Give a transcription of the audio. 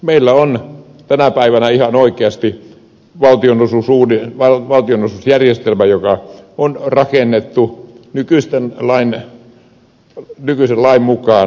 meillä on tänä päivänä ihan oikeasti valtionosuusjärjestelmä joka on rakennettu nykyisen lain mukaan